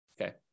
Okay